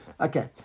Okay